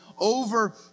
over